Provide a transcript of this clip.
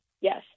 Yes